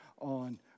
on